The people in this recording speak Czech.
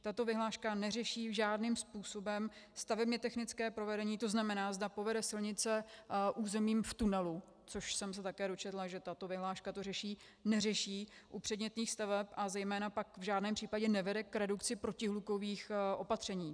Tato vyhláška neřeší žádným způsobem stavebnětechnické provedení, to znamená, zda povede silnice územím v tunelu, což jsem se také dočetla, že tato vyhláška to řeší neřeší u předmětných staveb a zejména pak v žádném případě nevede k redukci protihlukových opatření.